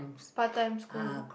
part time school